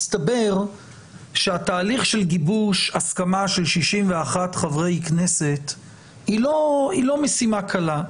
מסתבר שהתהליך של גיבוש הסכמה של 61 חברי כנסת הוא לא משימה קלה.